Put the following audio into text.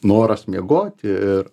noras miegoti ir